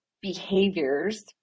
Behaviors